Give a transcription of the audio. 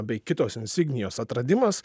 bei kitos insignijos atradimas